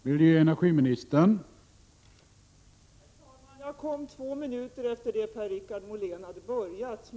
Herr talman! Jag kom två minuter efter det att Per-Richard Molén hade påbörjat sitt anförande.